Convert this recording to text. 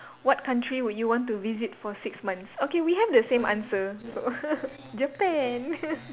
what country would you want to visit for six months okay we have the same answer so Japan